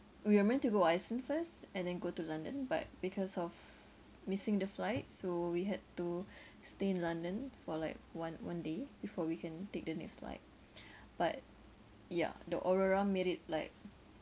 we were meant to go Iceland first and then go to London but because of missing the flight so we had to stay in London for like one one day before we can take the next flight but yeah the overall made it like